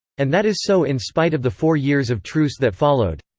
and that is so in spite of the four years of truce that followed.